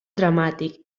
dramàtic